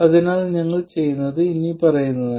അതിനാൽ ഞങ്ങൾ ചെയ്യുന്നത് ഇനിപ്പറയുന്നതാണ്